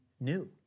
new